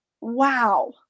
wow